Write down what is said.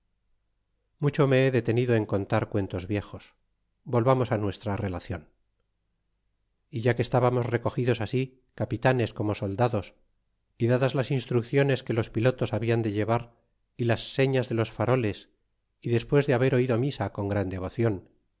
mucho me he detenido en contar cuentos viejos volvamos á nuestra relacion e ya que estábamos recogidos así capitanes como soldados y dadas las instrucciones que los pilotos hablan de llevar y las señas de los faroles y despues de haber oido misa con gran devocion